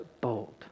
bold